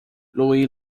louis